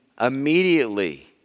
immediately